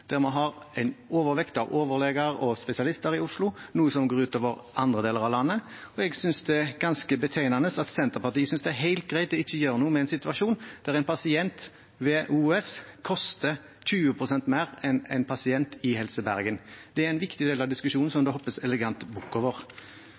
der vi har en overvekt av overleger og spesialister i Oslo, noe som går ut over andre deler av landet. Jeg synes det er ganske betegnende at Senterpartiet synes det er helt greit ikke å gjøre noe med en situasjon der en pasient ved OUS koster 20 pst. mer enn en pasient i Helse Bergen. Det er en viktig del av diskusjonen, som